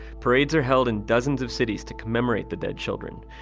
parades are held in dozens of cities to commemorate the dead children.